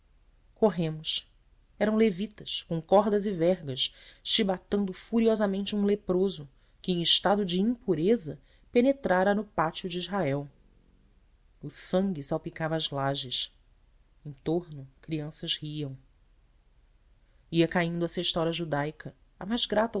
corremos eram levitas com cordas e vergas chibatando furiosamente um leproso que em estado de impureza penetrara no pátio de israel o sangue salpicava as lajes em torno crianças riam ia caindo a sexta hora judaica a